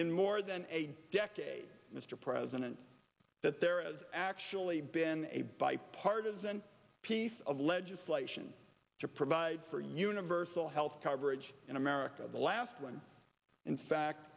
in more than a decade mr president that there is actually been a bipartisan piece of legislation to provide for universal health coverage in america of the last one in fact